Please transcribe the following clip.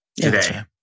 today